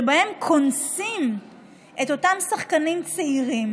שבה קונסים את אותם שחקנים צעירים